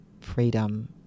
freedom